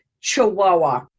chihuahua